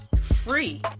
free